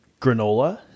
granola